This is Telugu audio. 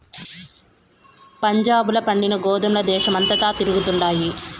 పంజాబ్ ల పండిన గోధుమల దేశమంతటా తిరుగుతండాయి